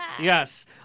yes